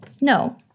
No